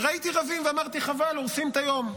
וראיתי רבים, ואמרתי: חבל, הורסים את היום.